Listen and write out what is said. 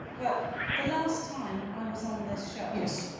but the last time i was on this show yes,